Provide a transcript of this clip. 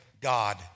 God